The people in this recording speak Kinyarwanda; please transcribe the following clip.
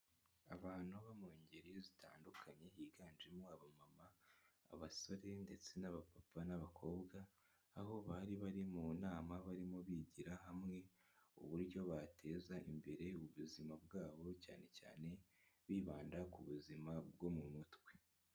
Abantu bo mu ngeri zitandukanye higanjemo aba mama, abasore ndetse n'abapapa n'abakobwa, aho bari bari mu nama barimo bigira hamwe uburyo bateza imbere ubuzima bwabo cyane cyane bibanda ku buzima bwo mu mutwe.